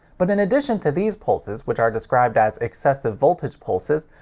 but in addition to these pulses, which are described as excessive voltage pulses,